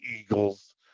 Eagles